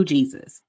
Jesus